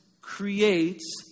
creates